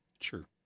Sure